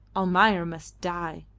almayer must die,